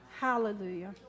Hallelujah